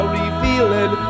revealing